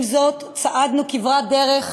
עם זאת, צעדנו כברת דרך,